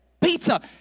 pizza